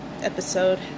episode